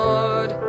Lord